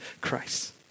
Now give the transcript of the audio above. Christ